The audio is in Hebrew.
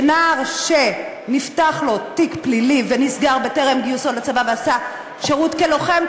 שנער שנפתח לו תיק פלילי ונסגר בטרם גיוסו לצבא ועשה שירות כלוחם,